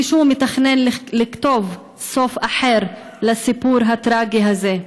מישהו מתכנן לכתוב סוף אחר לסיפור הטרגי הזה?